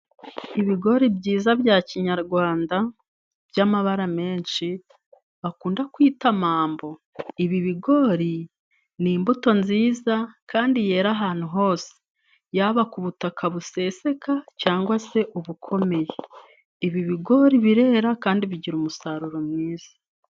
Ibigori byiza bya kinyarwanda by'amabara menshi bakunda kwita mambo. Ibi bigori ni imbuto nziza kandi yera ahantu hose, yaba ku butaka buseseka cyangwa se ubukomeye. Ibi bigori birera kandi bigira umusaruro mwiza.